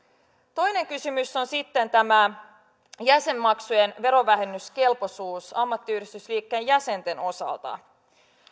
toinen kysymys on sitten tämä jäsenmaksujen verovähennyskelpoisuus ammattiyhdistysliikkeen jäsenten osalta